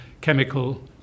chemical